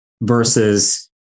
versus